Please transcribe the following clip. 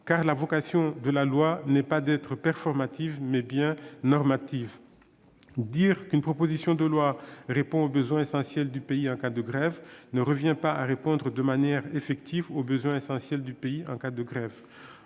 la vocation de la loi est d'être non pas performative, mais bien normative. Dire qu'une proposition de loi « répond aux besoins essentiels du pays en cas de grève » ne revient pas à répondre de manière effective aux besoins essentiels du pays en cas de grève.